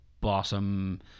bottom